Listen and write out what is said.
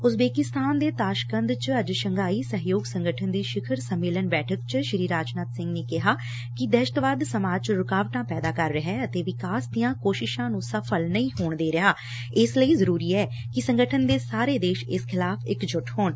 Uzbekistan ਦੇ Tashkent ਚ ਅੱਝ ਸ਼ਘਾਈ ਸਹਿਯੋਗ ਸੰਗਠਨ ਦੀ ਸਿਖ਼ਰ ਸੰਮੇਲਨ ਬੈਠਕ ਚ ਰਾਜਨਾਥ ਸਿੰਘ ਨੇ ਕਿਹਾ ਕਿ ਦਹਿਸ਼ਤਵਾਦ ਸਮਾਜ ਚ ਰੁਕਾਵਟਾਂ ਪੈਦਾ ਕਰ ਰਿਹੈ ਅਤੇ ਵਿਕਾਸ ਦੀਆਂ ਕੋਸ਼ਿਸ਼ਾਂ ਨੂੰ ਸਫ਼ਲ ਨਹੀਂ ਹੋਣ ਦੇ ਰਿਹਾ ਇਸ ਲਈ ਜ਼ਰੂਰੀ ਐ ਕਿ ਸੰਗਠਨ ਦੇ ਸਾਰੇ ਦੇਸ਼ ਇਸ ਖਿਲਾਫ਼ ਇਕਜੁੱਟ ਹੋਣ